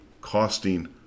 costing